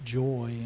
joy